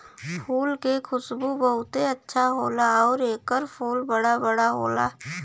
फूल के खुशबू बहुते अच्छा होला आउर एकर फूल बड़ा बड़ा होला